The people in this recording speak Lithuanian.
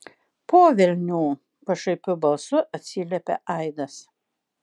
po velnių pašaipiu balsu atsiliepė aidas